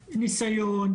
ניסיון,